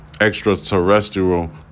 extraterrestrial